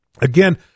Again